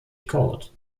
colt